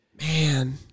Man